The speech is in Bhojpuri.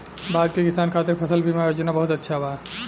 भारत के किसान खातिर फसल बीमा योजना बहुत अच्छा बा